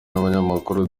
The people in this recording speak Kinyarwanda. nabanyamakuru